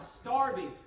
starving